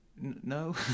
No